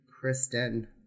Kristen